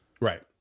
Right